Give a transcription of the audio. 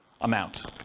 amount